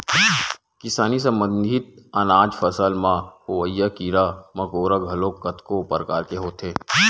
किसानी संबंधित अनाज फसल म होवइया कीरा मकोरा घलोक कतको परकार के होथे